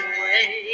away